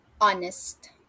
honest